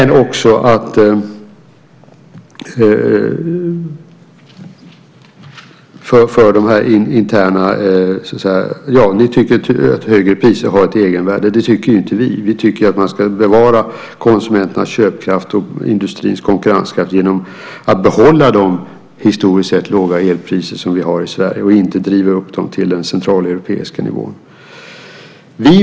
Ni tycker alltså att högre priser har ett egenvärde. Det tycker inte vi. Vi tycker att man ska bevara konsumenternas köpkraft och industrins konkurrenskraft genom att behålla de historiskt sett låga elpriser som vi har i Sverige och inte driva upp dem till den centraleuropeiska nivån.